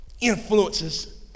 influences